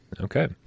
Okay